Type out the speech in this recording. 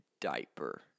diaper